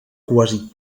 quasi